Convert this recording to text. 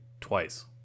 twice